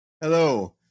Hello